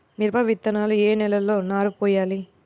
మిరప విత్తనాలు ఏ నెలలో నారు పోయాలి?